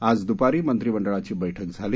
आज द्रपारी मंत्रिमंडळाची बैठक झाली